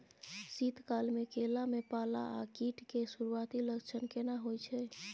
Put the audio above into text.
शीत काल में केला में पाला आ कीट के सुरूआती लक्षण केना हौय छै?